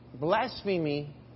blasphemy